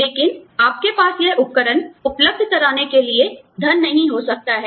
लेकिन आपके पास यह उपकरण उपलब्ध कराने के लिए धन नहीं हो सकता है